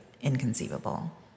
inconceivable